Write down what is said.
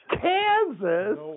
Kansas